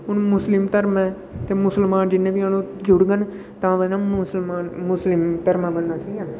हून मुस्लिम धर्म ऐ ते मुसलमान ओह् जिन्ने बी जुड़ङन तां बनना मुस्लिम धर्म ठीक ऐ